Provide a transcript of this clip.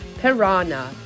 Piranha